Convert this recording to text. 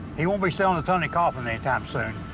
he won't be selling to tony coffman anytime soon.